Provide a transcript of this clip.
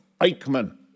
Eichmann